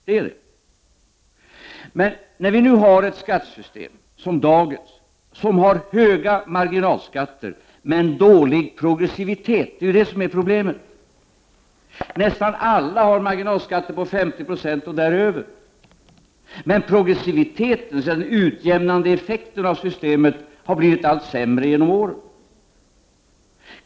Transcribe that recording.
Vi har nu ett skattesystem med höga marginalskatter men dålig progressivitet. Det är det som är problemet. Nästan alla har marginalskatter på 50 90 och däröver. Men progressiviteten, dvs. den utjämnande effekten av systemet, har blivit allt sämre med åren.